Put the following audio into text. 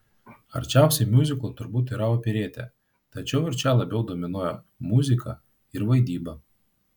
arčiausiai miuziklo turbūt yra operetė tačiau ir čia labiau dominuoja muzika ir vaidyba